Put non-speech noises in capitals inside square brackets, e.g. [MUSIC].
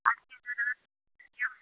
[UNINTELLIGIBLE]